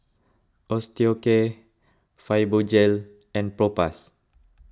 Osteocare Fibogel and Propass